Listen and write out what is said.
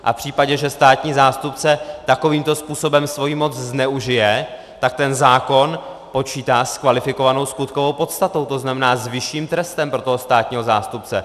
V případě, že státní zástupce takovýmto způsobem svoji moc zneužije, tak ten zákon počítá s kvalifikovanou skutkovou podstatou, to znamená s vyšším trestem pro toho státního zástupce.